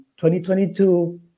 2022